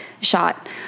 shot